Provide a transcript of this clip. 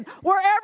wherever